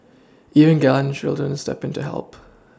even grandchildren step in to help